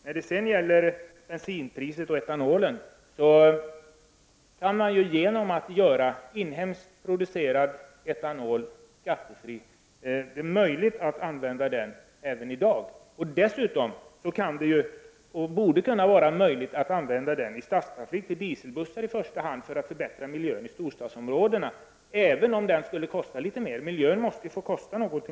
När det sedan gäller bensinpriset och etanolen kan man, genom att göra inhemskt producerad etanol skattefri, göra det möjligt att använda den även i dag. Dessutom kan det, och borde kunna, vara möjligt att använda den i stadstrafik, för dieselbussar i första hand, för att förbättra miljön i storstadsområdena — även om det skulle kosta litet mera. Miljön måste också få kosta något.